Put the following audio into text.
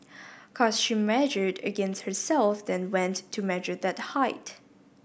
cos she measured against herself then went to measure that height